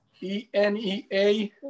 E-N-E-A